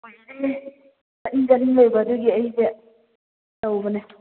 ꯂꯣꯏꯔꯦ ꯆꯠꯅꯤꯡ ꯆꯠꯅꯤꯡ ꯂꯩꯕ ꯑꯗꯨꯒꯤ ꯑꯩꯁꯦ ꯇꯧꯕꯅꯦ